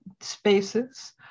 spaces